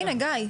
הנה, גיא.